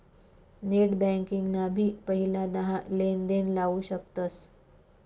net banking ना भी पहिला दहा लेनदेण लाऊ शकतस